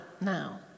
now